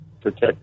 protect